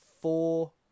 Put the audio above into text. four